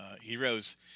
heroes